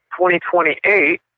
2028